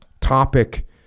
topic